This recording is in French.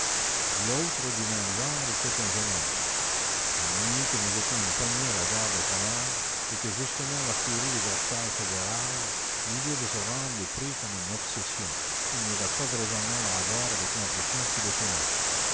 l'autre du même genre était un jeune homme une nuit que nous étions une poignée à la gare de clamart et que justement l'artillerie de versailles faisait rage l'idée de se rendre le prit comme une obsession il n'y avait pas de raisonnement à avoir avec l'impression qui le tenait